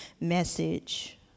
message